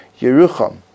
Yerucham